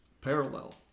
parallel